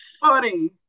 funny